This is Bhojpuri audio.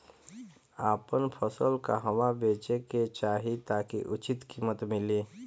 आपन फसल कहवा बेंचे के चाहीं ताकि उचित कीमत मिली?